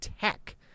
tech